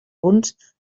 punts